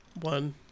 one